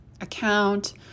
account